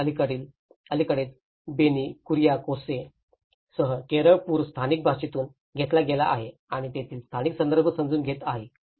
आणि अलीकडेच बेनी कुरियाकोसे सह केरळ पूर स्थानिक भाषेतून घेतला गेला आहे आणि तेथील स्थानिक संदर्भ समजून घेत आहे